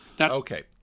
Okay